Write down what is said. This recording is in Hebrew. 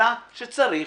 אלא שצריך